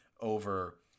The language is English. over